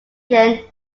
then